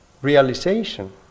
Realization